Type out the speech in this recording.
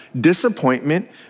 Disappointment